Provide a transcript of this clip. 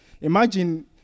Imagine